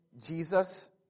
Jesus